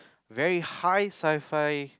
very high sci fi